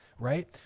Right